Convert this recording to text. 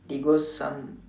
they go some